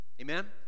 Amen